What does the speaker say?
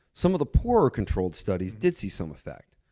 some of the poorer controlled studies did see some effect.